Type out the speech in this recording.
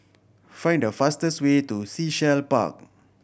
find the fastest way to Sea Shell Park